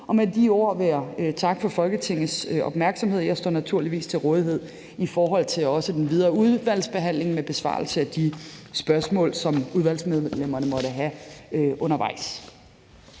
Og med de ord vil jeg takke for Folketingets opmærksomhed. Jeg står naturligvis til rådighed i forhold til også den videre udvalgsbehandling med besvarelse af de spørgsmål, som udvalgsmedlemmerne måtte have undervejs.